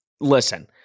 Listen